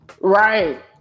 Right